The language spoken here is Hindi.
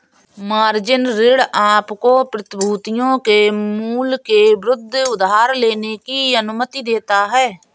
मार्जिन ऋण आपको प्रतिभूतियों के मूल्य के विरुद्ध उधार लेने की अनुमति देता है